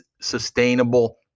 sustainable